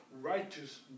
righteous